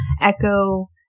Echo